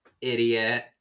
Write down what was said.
Idiot